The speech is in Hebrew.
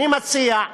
אני מציע,